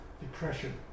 depression